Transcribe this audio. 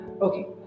Okay